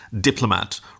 diplomat